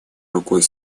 рукой